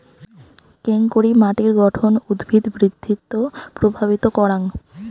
কেঙকরি মাটির গঠন উদ্ভিদ বৃদ্ধিত প্রভাবিত করাং?